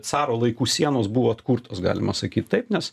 caro laikų sienos buvo atkurtos galima sakyt taip nes